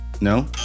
No